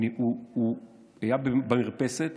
הוא היה במרפסת